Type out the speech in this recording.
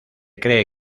cree